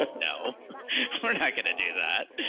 but no, we're not going to do that